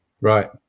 Right